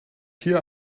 hier